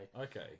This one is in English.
okay